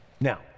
Now